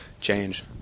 change